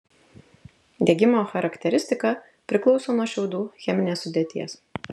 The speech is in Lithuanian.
degimo charakteristika priklauso nuo šiaudų cheminės sudėties